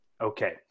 okay